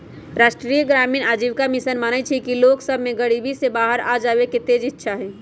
राष्ट्रीय ग्रामीण आजीविका मिशन मानइ छइ कि लोग सभ में गरीबी से बाहर आबेके तेज इच्छा हइ